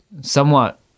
somewhat